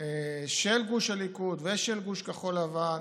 של גוש הליכוד ושל גוש כחול לבן,